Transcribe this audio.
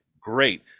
great